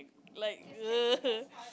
like